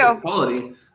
quality